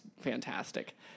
fantastic